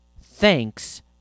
Thanks